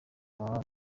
baba